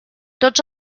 tots